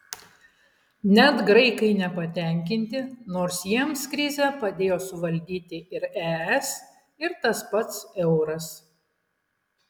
net graikai nepatenkinti nors jiems krizę padėjo suvaldyti ir es ir tas pats euras